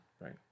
Right